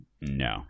No